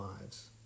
lives